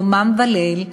יומם וליל,